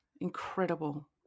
incredible